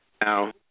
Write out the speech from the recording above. now